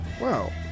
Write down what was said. Wow